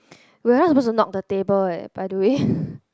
we're not supposed to knock the table leh by the way